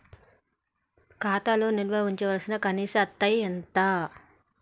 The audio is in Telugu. ఖాతా లో నిల్వుంచవలసిన కనీస అత్తే ఎంత?